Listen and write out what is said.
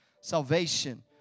Salvation